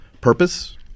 purpose